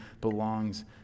belongs